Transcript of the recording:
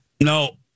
No